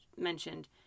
mentioned